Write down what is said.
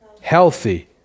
Healthy